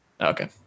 Okay